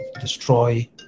destroy